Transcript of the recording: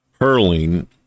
hurling